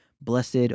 Blessed